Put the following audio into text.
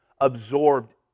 absorbed